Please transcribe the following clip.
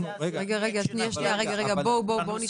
אנחנו לא יודעים היכן זה